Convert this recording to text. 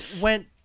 went